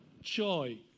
joy